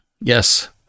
Yes